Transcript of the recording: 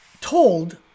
Told